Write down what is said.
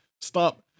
Stop